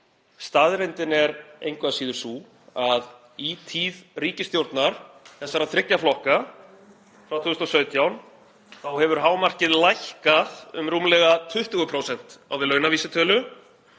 Staðreyndin er engu að síður sú að í tíð ríkisstjórnar þessara þriggja flokka frá 2017 hefur hámarkið lækkað um rúmlega 20% á við launavísitölu